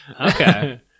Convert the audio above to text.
Okay